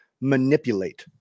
manipulate